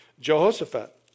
Jehoshaphat